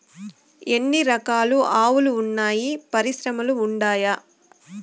ఎన్ని రకాలు ఆవులు వున్నాయి పరిశ్రమలు ఉండాయా?